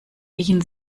riechen